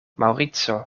maŭrico